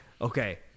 okay